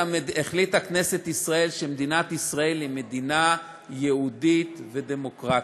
החליטה כנסת ישראל שמדינת ישראל היא מדינה יהודית ודמוקרטית.